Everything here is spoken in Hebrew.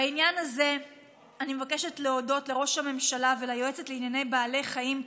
בעניין הזה אני מבקשת להודות לראש הממשלה וליועצת לענייני בעלי חיים,